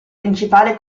principale